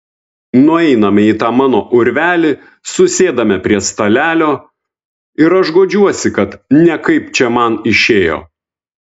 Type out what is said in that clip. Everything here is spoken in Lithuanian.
nueiname į tą mano urvelį susėdame prie stalelio ir aš guodžiuosi kad ne kaip čia man išėjo